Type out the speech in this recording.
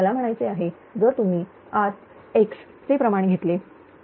मला म्हणायचे आहे जर तुम्ही r x चे प्रमाण घेतले